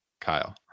Kyle